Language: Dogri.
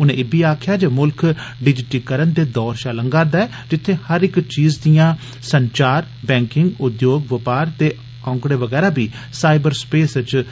उनें इब्बी आखेआ जे म्ल्ख डिजीटीकरण दे दौर चा लंग्घा'रदा ऐ जित्थें हर इक चीज जिआं संचार बैंकिंग उद्योग बपार ते आंकड़ें वगैरा गी साईबर स्पेस च